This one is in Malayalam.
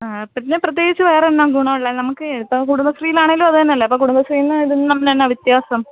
ആ പിന്നെ പ്രത്യേകിച്ചു വേറെ എന്നാ ഗുണം ഉള്ളത് നമുക്കേ ഇപ്പോൾ കുടുംബശ്രീലാണെലും അതുതന്നെയല്ലേ അപ്പം കുടുംബശ്രീം ഇതും തമ്മിലെന്നാണ് വ്യത്യാസം